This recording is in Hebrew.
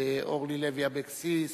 אורלי לוי אבקסיס,